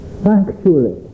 sanctuary